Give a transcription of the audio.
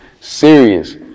serious